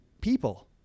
people